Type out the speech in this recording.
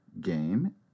game